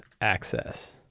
access